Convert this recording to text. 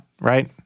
Right